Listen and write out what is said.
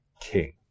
king